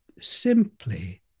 simply